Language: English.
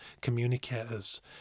communicators